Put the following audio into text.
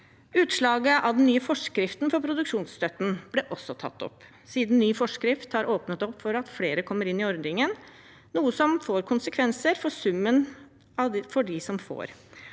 Utslaget av den nye forskriften om produksjonsstøtte ble også tatt opp, siden ny forskrift har åpnet opp for at flere kommer inn i ordningen, noe som får konsekvenser for summen for dem som får.